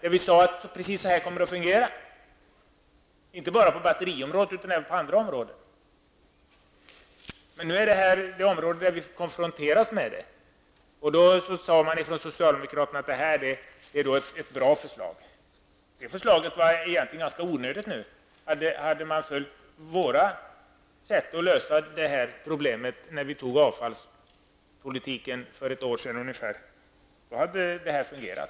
Vi förutsade att det skulle komma att fungera precis så, inte bara på batteriområdet utan även på andra områden, men nu är det här det område där vi konfronteras med det. Då sade man från socialdemokraterna att det här var ett bra förslag. Det var egentligen ganska onödigt. Hade man följt vårt förslag till lösning av problemet när vi för ungefär ett år sedan fattade beslut om avfallspolitiken hade det fungerat.